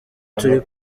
turi